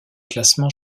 classement